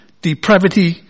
depravity